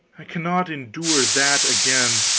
i cannot endure that again.